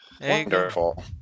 Wonderful